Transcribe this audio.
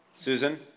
Susan